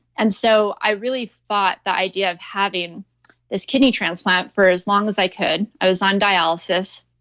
and so i really fought the idea of having this kidney transplant for as long as i could. i was on dialysis,